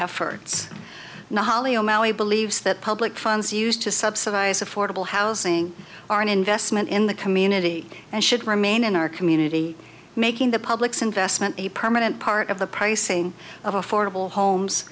o'malley believes that public funds used to subsidize affordable housing are an investment in the community and should remain in our community making the public's investment a permanent part of the pricing of affordable homes